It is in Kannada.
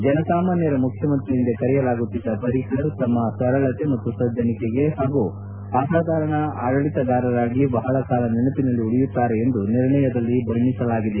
ಜನಸಾಮಾನ್ಗರ ಮುಖ್ಯಮಂತ್ರಿ ಎಂದೇ ಕರೆಯಲಾಗುತ್ತಿದ್ಲ ಪ್ರಿಕರ್ ತಮ್ನ ಸರಳತೆ ಮತ್ತು ಸಜ್ಜನಿಕೆಗೆ ಹಾಗೂ ಅಸಾಧಾರಣ ಆಡಳಿತಗಾರರಾಗಿ ಬಹಳ ಕಾಲ ನೆನಪಿನಲ್ಲಿ ಉಳಿಯುತ್ತಾರೆ ಎಂದು ನಿರ್ಣಯದಲ್ಲಿ ಬಣ್ಣಿಸಲಾಗಿದೆ